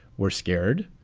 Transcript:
we're scared.